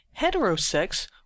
heterosex